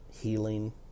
healing